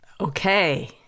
Okay